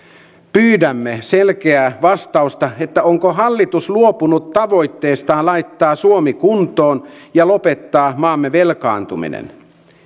pyydämme selkeää vastausta siihen onko hallitus luopunut tavoitteestaan laittaa suomi kuntoon ja lopettaa maamme velkaantuminen